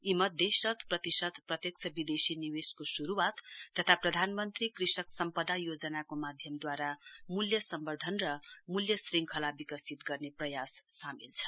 यीमध्ये शत प्रतिशत प्रत्यक्ष विदेशी निवेशको शुरुवात तथा प्रधानमन्त्री कृषक सम्पदा योजनाको माध्यमद्वारा मूल्य सम्वर्धन र मूल्य श्रङ्खला विकसित गर्ने प्रयास सामेल छन्